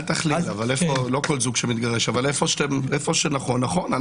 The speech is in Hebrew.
אל תכליל, לא כל זוג שמתגרש, אבל איפה שנכון נכון.